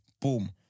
Boom